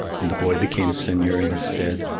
and the boy became seigneur in his stead,